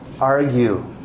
argue